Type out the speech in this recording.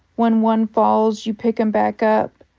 when one falls, you pick him back up.